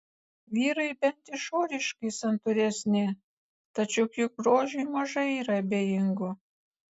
vyrai bent išoriškai santūresni tačiau juk grožiui mažai yra abejingų